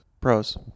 pros